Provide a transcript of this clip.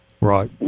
Right